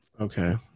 Okay